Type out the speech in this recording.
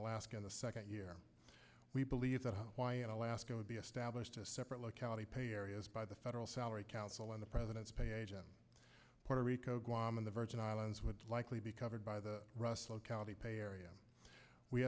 alaska in the second year we believe that why alaska would be established a separate locality pay areas by the federal salaries council in the president's puerto rico guam and the virgin islands would likely be covered by the russell county pay area we